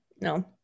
No